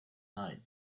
night